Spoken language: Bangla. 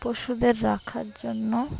পশুদের রাখার জন্য